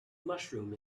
mushroom